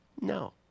No